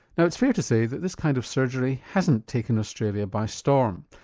now it's fair to say that this kind of surgery hasn't taken australia by storm.